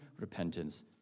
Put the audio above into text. repentance